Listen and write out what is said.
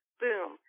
boom